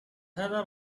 heather